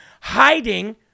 hiding